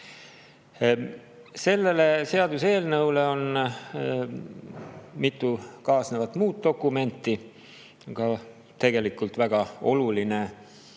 seaduseelnõul on mitu kaasnevat muud dokumenti, ka tegelikult väga oluline